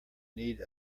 need